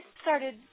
started